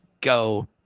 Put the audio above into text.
go